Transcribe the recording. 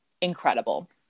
incredible